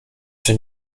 czy